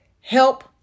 Help